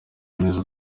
neza